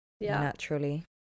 naturally